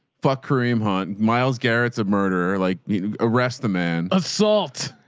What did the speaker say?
fuck kareem hunt miles. garrets of murder, like arrest the man ah salt,